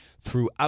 throughout